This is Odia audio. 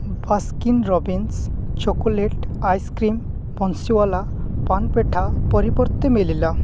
Baskin Robbins chocolate ice cream Bansiwala ପାନ୍ ପେଠା ପରିବର୍ତ୍ତେ ମିଲିଲା